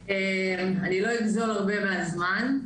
אני לא אגזול הרבה מהזמן.